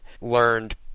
learned